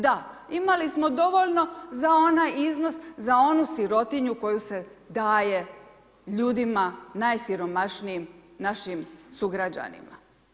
Da, imali smo dovoljno za onaj iznos, za onu sirotinju koju se daje ljudima najsiromašnijima, našim sugrađanima.